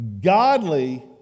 godly